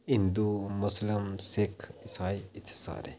हिंदु मुस्लिम सिक्ख ईसाई इत्थें सारे